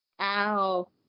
Ow